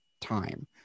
time